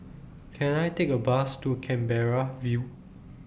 Can I Take A Bus to Canberra View